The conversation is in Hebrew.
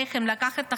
עליכם לקחת אחריות,